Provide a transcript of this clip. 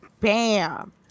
Bam